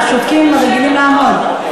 שותקים, רגילים לעמוד.